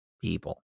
people